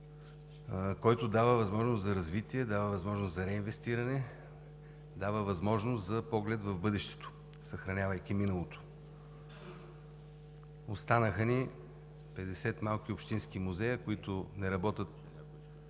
Той дава възможност за развитие, дава възможност за реинвестиране, дава възможност за поглед в бъдещето, съхранявайки миналото. Останаха ни 50 малки общински музея, които не работят